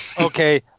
Okay